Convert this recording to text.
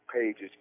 pages